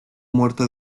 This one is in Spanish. muerte